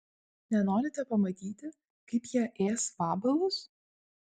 nenorite pamatyti kaip jie ės vabalus